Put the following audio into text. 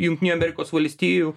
jungtinių amerikos valstijų